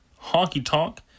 honky-tonk